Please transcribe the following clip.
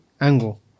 angle